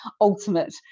ultimate